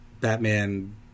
Batman